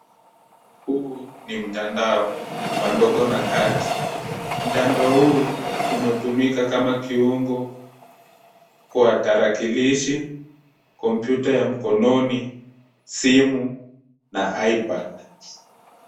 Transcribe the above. Huu ni mtandao, wa ndogo na kati. Mtandao huu, umetumika kama kiungo kwa tarakilishi, kompyuta ya mkononi, simu, na ipad .